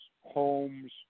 homes